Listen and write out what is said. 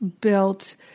built